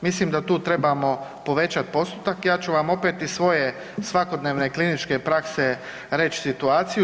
Mislim da tu trebamo povećati postotak ja ću vam opet iz svoje svakodnevne kliničke prakse reći situaciju.